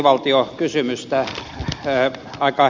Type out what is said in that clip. aika hämmästyttäviä ovat ed